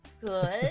good